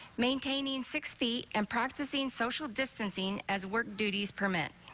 maintaining six feet and practising social distancing as work duties perspective,